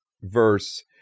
verse